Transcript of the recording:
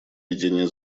ведения